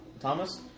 Thomas